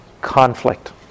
conflict